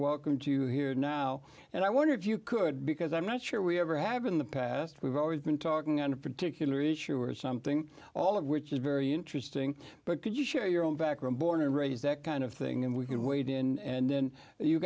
welcome to you here now and i wonder if you could because i'm not sure we ever have in the past we've always been talking on a particular issue or something all of which is very interesting but could you share your own back room born and raised that kind of thing and we can wade in and then you